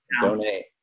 donate